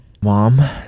mom